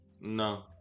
no